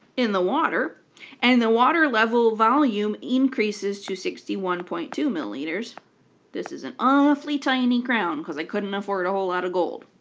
in the water and the water-level volume increases to sixty one point two milliliters this is an awfully tiny crown because i couldn't afford a whole lot of gold.